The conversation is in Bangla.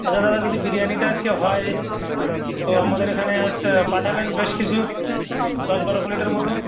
আচ্ছা দাদা যদি বিরিয়ানিটা আসকে হয় তো আমাদের এখানে আচ্ছা পাঠাবেন বেশ কিছু দশ বারো প্লেটের মতো